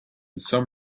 some